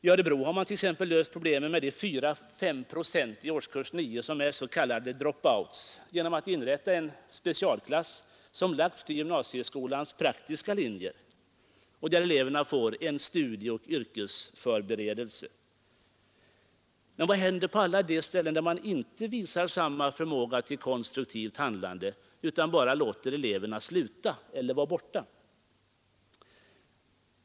I Örebro har man t.ex. löst problemen med de 4—5 procent i årskurs 9 som är s, k. drop-outs genom att inrätta en specialklass som lagts till gymnasieskolans praktiska linje och där eleverna får en studieoch yrkesförberedelse. Men vad händer på alla de ställen där man inte visar samma förmåga till konstruktivt handlande utan bara låter eleverna sluta eller vara borta?